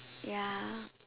ya